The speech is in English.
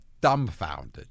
dumbfounded